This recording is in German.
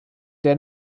der